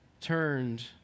turned